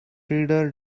reader